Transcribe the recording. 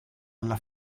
alla